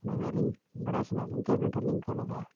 ᱚᱱᱟᱜᱮ ᱟᱹᱞᱤᱧ ᱵᱟᱲᱟᱭ ᱥᱟᱱᱟᱭᱮᱫ ᱞᱤᱧ ᱛᱟᱦᱮᱸᱫ ᱟᱹᱵᱤᱱ ᱴᱷᱮᱱ ᱞᱤᱧ ᱠᱚᱞᱟᱠᱟᱜᱼᱟ